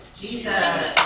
Jesus